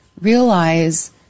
realize